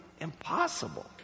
impossible